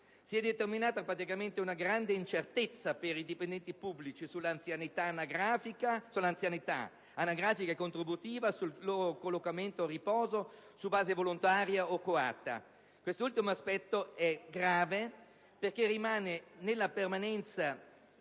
Si è determinata una grande incertezza per i dipendenti pubblici sull'anzianità, anagrafica e contributiva, e sul loro collocamento a riposo su base volontaria o coatta. Quest'ultimo aspetto è grave in quanto la permanenza